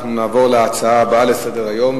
נעבור להצעה הבאה לסדר-היום.